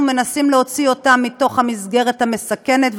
אנחנו מנסים להוציא אותם מהמסגרת המסכנת,